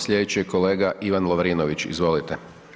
Slijedeći je kolega Ivan Lovrinović, izvolite.